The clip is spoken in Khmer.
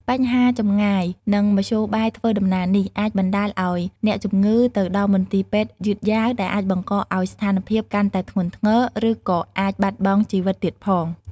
បញ្ហាចម្ងាយ និងមធ្យោបាយធ្វើដំណើរនេះ អាចបណ្តាលឱ្យអ្នកជំងឺទៅដល់មន្ទីរពេទ្យយឺតយ៉ាវ ដែលអាចបង្កឱ្យស្ថានភាពកាន់តែធ្ងន់ធ្ងរ ឬក៏អាចបាត់បង់ជីវិតទៀតផង។